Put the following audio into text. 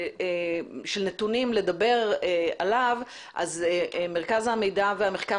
נתונים לדבר עליו אז מרכז המחקר והמידע